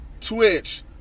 Twitch